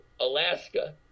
Alaska